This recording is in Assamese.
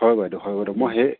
হয় বাইদেউ হয় বাইদেউ মই সেই